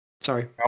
Sorry